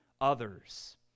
others